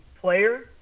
player